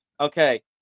Okay